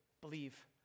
believe